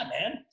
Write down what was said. man